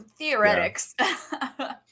theoretics